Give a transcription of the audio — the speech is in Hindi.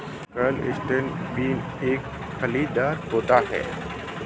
क्लस्टर बीन एक फलीदार पौधा है